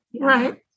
Right